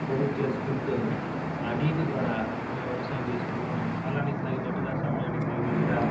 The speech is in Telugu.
పొదుపు చేసుకుంటూ ఆ నీటి ద్వారా మేం వ్యవసాయం చేసుకుంటున్నాం కాలానికి తగినట్టుగా సమయానికి తగినట్టుగా